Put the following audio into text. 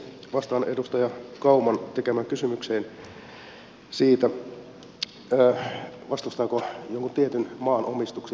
vastaan edustaja kauman tekemään kysymykseen siitä vastustanko jonkun tietyn maan omistuksia